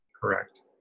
Correct